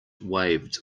waved